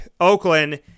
Oakland